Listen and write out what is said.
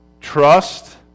trust